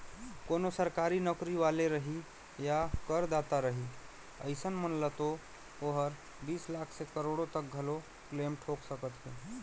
कोनो सरकारी नौकरी वाले रही या करदाता रही अइसन मन ल तो ओहर बीस लाख से करोड़ो तक घलो क्लेम ठोक सकत हे